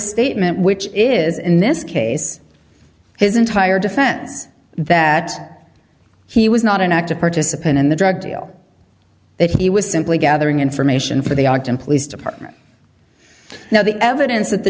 statement which is in this case his entire defense that he was not an active participant in the drug deal that he was simply gathering information for the octon police department now the evidence that the